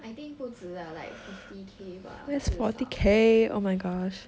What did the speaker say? I think 不止 lah like fifty K bah 至少